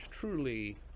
truly